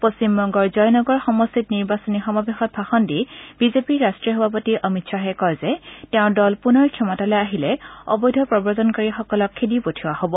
পশ্চিমবংগৰ জয়নগৰ সমষ্টিত নিৰ্বাচনী সমাৱেশত ভাষণ দি বিজেপিৰ ৰাষ্ট্ৰীয় সভাপতি অমিত খাহে কয় যে তেওঁৰ দল পুনৰ ক্ষমতালৈ আহিলে অবৈধ প্ৰব্ৰজনকাৰীসকলক খেদি পঠিওৱা হব